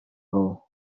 вӑл